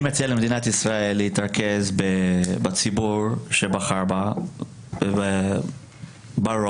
אני מציע למדינת ישראל להתרכז בציבור בחר, ברוב,